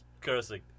cursing